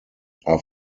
are